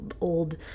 old